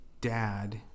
dad